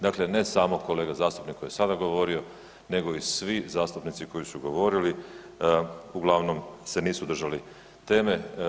Dakle, ne samo kolega zastupnik koji je sada govorio nego i svi zastupnici koji su govorili uglavnom se nisu držali teme.